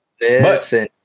Listen